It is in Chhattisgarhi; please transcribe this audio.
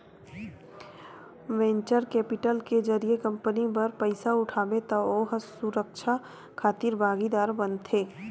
वेंचर केपिटल के जरिए कंपनी बर पइसा उठाबे त ओ ह सुरक्छा खातिर भागीदार बनथे